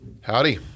Howdy